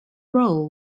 roll